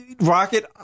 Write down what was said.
Rocket